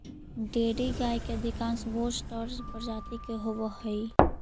dairy गाय अधिकांश बोस टॉरस प्रजाति के होवऽ हइ